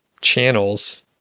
channels